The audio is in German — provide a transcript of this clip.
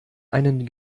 einen